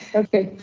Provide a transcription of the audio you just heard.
okay.